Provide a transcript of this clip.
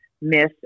miss